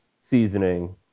seasoning